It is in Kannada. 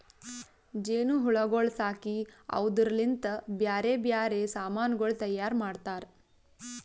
ಜೇನು ಹುಳಗೊಳ್ ಸಾಕಿ ಅವುದುರ್ ಲಿಂತ್ ಬ್ಯಾರೆ ಬ್ಯಾರೆ ಸಮಾನಗೊಳ್ ತೈಯಾರ್ ಮಾಡ್ತಾರ